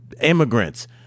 immigrants